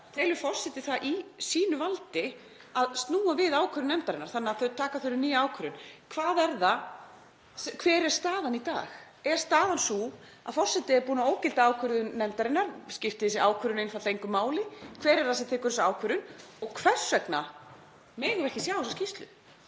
Telur forseti það í sínu valdi að snúa við ákvörðun nefndarinnar þannig að taka þurfi nýja ákvörðun? Hver er staðan í dag? Er staðan sú að forseti er búinn að ógilda ákvörðun nefndarinnar? Skiptir þessi ákvörðun einfaldlega engu máli? Hver er það sem tekur þessa ákvörðun og hvers vegna megum við ekki sjá skýrslu?